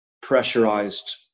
pressurized